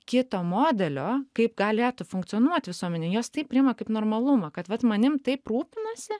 kito modelio kaip galėtų funkcionuot visuomenėj jos tai priima kaip normalumą kad vat manim taip rūpinasi